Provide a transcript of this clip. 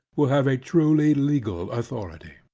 will have a truly legal authority.